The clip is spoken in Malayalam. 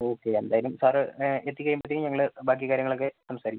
ഓക്കെ എന്തായാലും സാറ് എത്തിക്കഴിയുമ്പോഴത്തേക്കും ഞങ്ങൾ ബാക്കി കാര്യങ്ങളൊക്കെ സംസാരിക്കാം